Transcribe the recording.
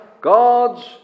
God's